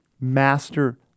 master